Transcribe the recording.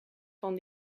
van